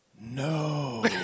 no